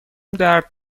درد